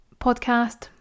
Podcast